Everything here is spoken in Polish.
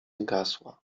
zgasła